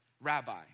rabbi